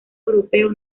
europeo